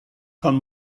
pan